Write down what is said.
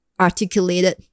articulated